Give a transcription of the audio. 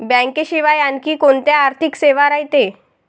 बँकेशिवाय आनखी कोंत्या आर्थिक सेवा रायते?